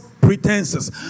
pretenses